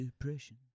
depression